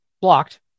blocked